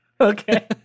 Okay